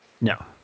No